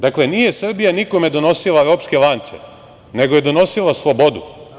Dakle, nije Srbija nikome donosila ropske lance, nego je donosila slobodu.